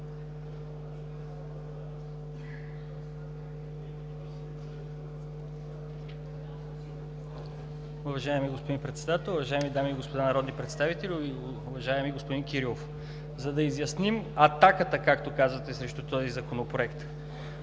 Уважаеми господин Председател, уважаеми дами и господа народни представители! Уважаеми господин Кирилов, за да изясним атаката, както казвате, срещу този Законопроект